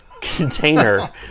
container